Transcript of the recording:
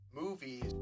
movies